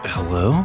Hello